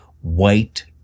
white